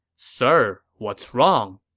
sir, what's wrong?